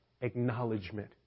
Acknowledgement